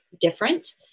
different